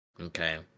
okay